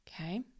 Okay